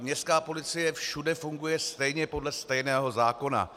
Městská policie všude funguje stejně podle stejného zákona.